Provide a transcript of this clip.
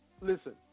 Listen